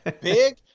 Big